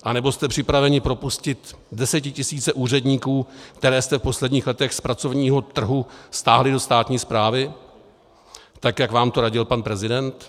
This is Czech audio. Anebo jste připraveni propustit desetitisíce úředníků, které jste v posledních letech z pracovního trhu stáhli do státní správy, tak jak vám to radil pan prezident?